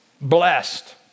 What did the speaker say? Blessed